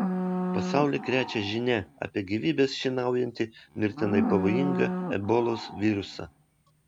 pasaulį krečia žinia apie gyvybes šienaujantį mirtinai pavojingą ebolos virusą